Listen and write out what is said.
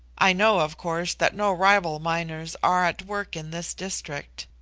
i know, of course, that no rival miners are at work in this district.